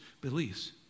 beliefs